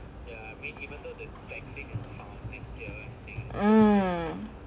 hmm